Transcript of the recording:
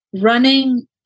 running